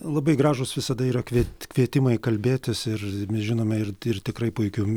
labai gražūs visada yra kvie kvietimai kalbėtis ir mes žinome ir ir tikrai puikių